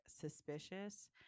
suspicious